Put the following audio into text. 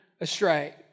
astray